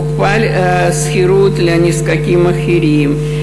הוכפלה השכירות לנזקקים אחרים.